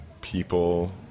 people